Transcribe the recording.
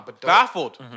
baffled